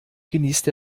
genießt